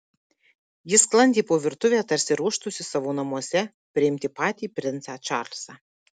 ji sklandė po virtuvę tarsi ruoštųsi savo namuose priimti patį princą čarlzą